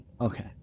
Okay